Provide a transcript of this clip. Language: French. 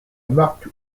marque